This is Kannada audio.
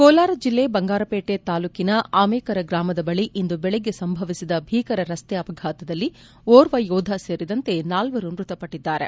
ಕೋಲಾರ ಜಿಲ್ಲೆ ಬಂಗಾರಪೇಟೆ ತಾಲೂಕಿನ ಆಮೆಕರ ಗ್ರಾಮದ ಬಳಿ ಇಂದು ಬೆಳಗ್ಗೆ ಸಂಭವಿಸಿದ ಭೀಕರ ರಸ್ತೆ ಅಪಘಾತದಲ್ಲಿ ಓರ್ವ ಯೋಧ ಸೇರಿದಂತೆ ನಾಲ್ವರು ಮೃತಪಟ್ಟಿದ್ದಾರೆ